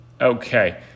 Okay